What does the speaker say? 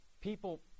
people